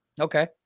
Okay